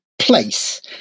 place